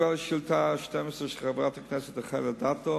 פורסם כי כשליש מהציבור